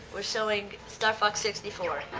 we're showing star fox sixty four